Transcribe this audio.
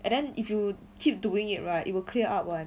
and then if you keep doing it right it will clear up [one]